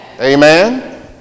Amen